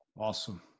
Awesome